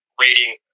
rating